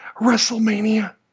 WrestleMania